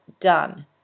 done